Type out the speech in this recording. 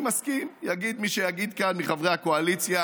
אני מסכים, יגיד מי שיגיד כאן מחברי הקואליציה: